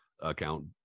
account